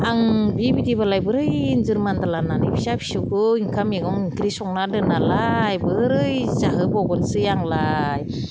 आं बेबायदिबालाय बोरै एन्जर मानलानानै फिसा फिसौखौ ओंखाम मैगं ओंख्रि संना दोननालाय बोरै जाहोबावगोनसै आंलाय